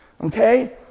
okay